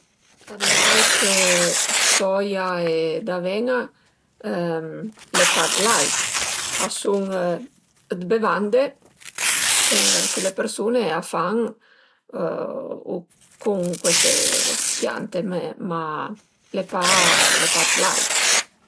Ël lait 'd soia e d'aven-a l'e pa 'd lait, a sun 'd bevande chë le persun-e a fan cun cueste piante me ma l'e pa 'd lait